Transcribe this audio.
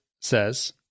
says